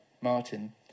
Martin